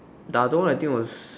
the other one I think it was